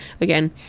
again